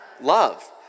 love